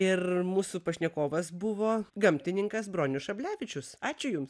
ir mūsų pašnekovas buvo gamtininkas bronius šablevičius ačiū jums